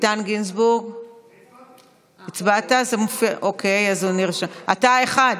איתן גינזבורג, הצבעת, אתה האחד,